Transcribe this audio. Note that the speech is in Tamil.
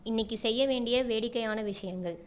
இன்னிக்கு செய்ய வேண்டிய வேடிக்கையான விஷயங்கள்